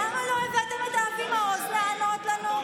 למה לא הבאתם את אבי מעוז לענות לנו?